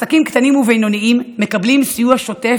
עסקים קטנים ובינוניים מקבלים סיוע שוטף